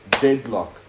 deadlock